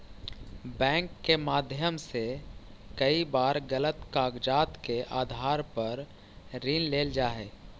bank के माध्यम से कई बार गलत कागजात के आधार पर ऋण लेल जा हइ